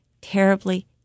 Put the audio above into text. terribly